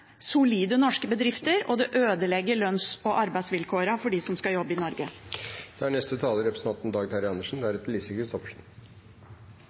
solide norske bedrifter, og det ødelegger lønns- og arbeidsvilkårene for dem som skal jobbe i